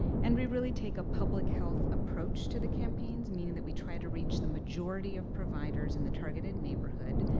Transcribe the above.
and we really take a public health approach to the campaigns, meaning that we try to reach the majority of providers in the targeted neighborhood,